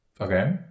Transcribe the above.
Okay